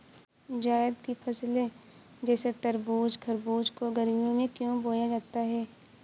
जायद की फसले जैसे तरबूज़ खरबूज को गर्मियों में क्यो बोया जाता है?